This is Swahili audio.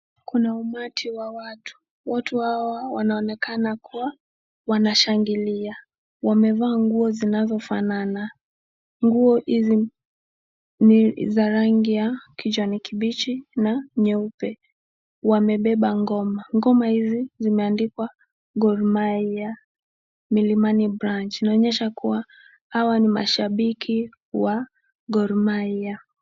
Kuna umati wa watu, watu hawa wanaonekana kuwa wanashangilia. Wamevaa nguo zinazofanana. Nguo hizi ni za rangi ya kijani kibichi na nyeupe. Wamebeba ngoma. Ngoma hizi zimeandikwa Gor Mahia Milimani branch inaonyesha kuwa hawa ni mashabiki wa Gor Mahia.